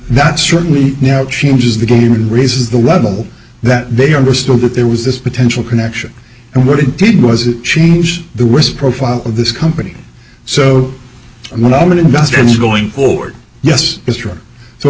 that certainly now changes the game and raises the level that they understood that there was this potential connection and what it did was it changed the worse profile of this company so what i'm going to invest in is going forward yes